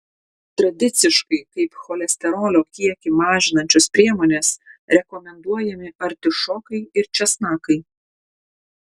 tradiciškai kaip cholesterolio kiekį mažinančios priemonės rekomenduojami artišokai ir česnakai